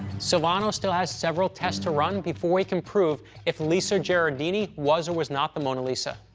silvano still has several tests to run before he can prove if lisa gherardini was or was not the mona lisa.